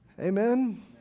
Amen